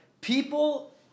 people